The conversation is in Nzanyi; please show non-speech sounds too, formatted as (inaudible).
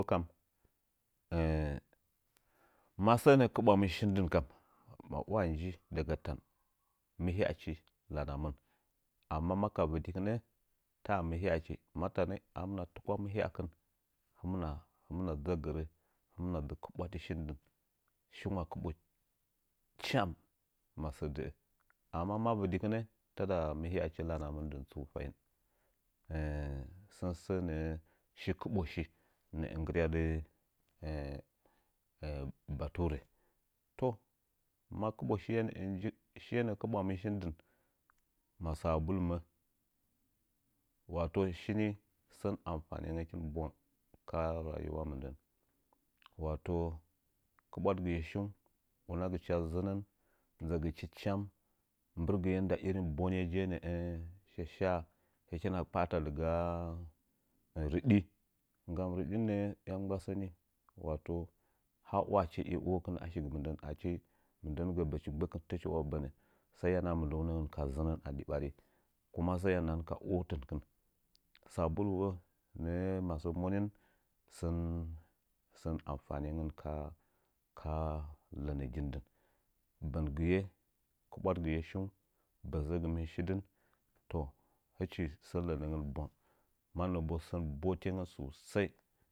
(hesitation) ma səə nə'ə kɨɓwamɨn shin dɨnkam ma'wa nji dagatan mɨhyachi, lanamɨn, amma ma ka bɨ dɨkinə taa mɨhyachi, ma tan amɨtukwa mthyakɨn hɨmna hɨmna dzɨ kɨbwadɨ shin dɨn shi ngwa kɨbo cham masə də'ə amma ma vɨdɨkɨn tada mɨhya chi lanamin dɨn tsu fahin (hesitation) sən sə nə'ə shi kɨɓo shi nə'ə nggɨ ryadɨ baturə toh ma kɨɓo shiye nə'ə nji shiye nə'ə kɨbwamin shɨn dɨn ma sabulumə wato shini sən amfanəngəkin bwang ka rayiwa mɨndən wato kɨbwadɨgɨye shiung unagɨye zɨnən nzagɨchi cham mbɨrgɨye nda min boneje nə'ə sha-shaa hɨkina kpa'ata dɨgaa rɨdi nggam rɨɗin angba səni wa toh ha wachi di ohkɨn ashɨgɨ mɨridɨn achi mɨndən mɨ gə bəchi gbək fəcha bənə saiya nahan mɨ ndəunəngən ka zɨnən adi bari kuma səya nahan ka'ohɨnkɨn adi ɓari sabuluwo nə'ə masəə monin sən sən awufane ngən ka cənəgin dɨn bəngɨye kɨbwadiye shiung həzəgɨmɨn shi dɨn toh hɨchi sən lənən bwang mannəta sən botangən sosai